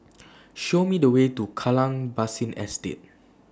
Show Me The Way to Kallang Basin Estate